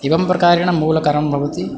एवं प्रकारेण मूलकारं भवति